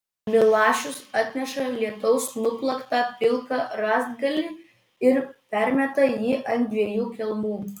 milašius atneša lietaus nuplaktą pilką rąstgalį ir permeta jį ant dviejų kelmų